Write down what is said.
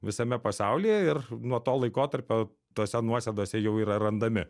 visame pasaulyje ir nuo to laikotarpio tose nuosėdose jau yra randami